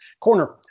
Corner